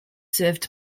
served